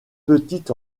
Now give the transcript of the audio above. petites